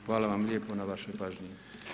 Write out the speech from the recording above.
Hvala vam lijepo na vašoj pažnji.